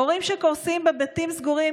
הורים שקורסים בבתים סגורים,